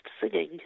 singing